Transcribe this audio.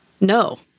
no